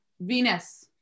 venus